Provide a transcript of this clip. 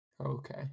Okay